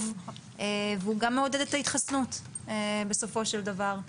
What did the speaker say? והוא גם מעודד את ההתחסנות בסופו של דבר,